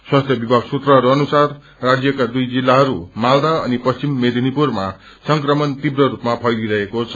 स्वास्थ्य विभाग सूत्रहरू अनुसार राज्यका दुइ जिल्लाहरू मालदा अनि पश्विम मेदिनीपुरमा संक्रमण तीव्र स्रपमा फैलिरहेको छ